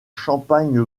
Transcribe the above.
champagne